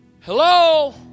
Hello